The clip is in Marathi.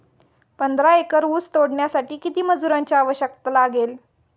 पंधरा एकर ऊस तोडण्यासाठी किती मजुरांची आवश्यकता लागेल?